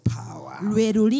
power